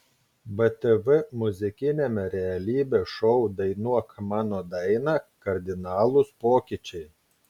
btv muzikiniame realybės šou dainuok mano dainą kardinalūs pokyčiai